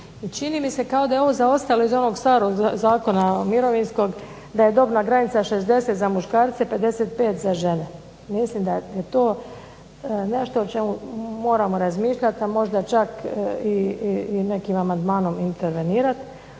čini mi se kao da je ovo zaostalo iz onog starog zakona mirovinskog da je dobna granica 60 za muškarce, 55 za žene. Mislim da je to nešto o čemu moramo razmišljati, a možda čak i nekim amandmanom intervenirati